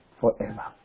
forever